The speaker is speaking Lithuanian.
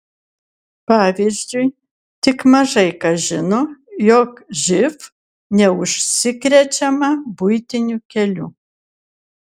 pavyzdžiui tik mažai kas žino jog živ neužsikrečiama buitiniu keliu